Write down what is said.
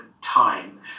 time